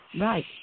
right